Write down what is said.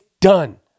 done